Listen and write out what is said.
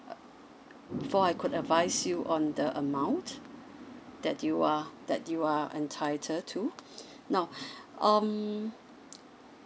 uh before I could advise you on the amount that you are that you are entitled to now um